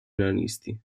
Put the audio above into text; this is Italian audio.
analisti